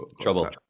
Trouble